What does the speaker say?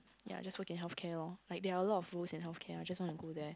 ya just work in healthcare lor like there are a lot of roles in healthcare I just wanna go there